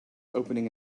opening